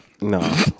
No